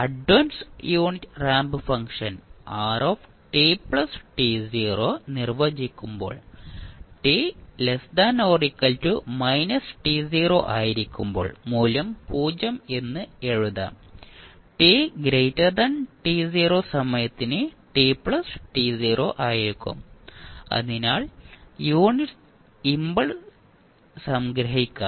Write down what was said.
advance unit ramp function rt നിർവചിക്കുമ്പോൾ t ആയിരിക്കുമ്പോൾ മൂല്യം 0 എന്ന് എഴുതാം t സമയത്തിന് t ആയിരിക്കും അതിനാൽ യൂണിറ്റ് ഇംപൾസ് സംഗ്രഹിക്കാം